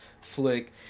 flick